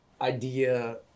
idea